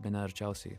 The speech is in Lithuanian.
bene arčiausiai